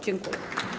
Dziękuję.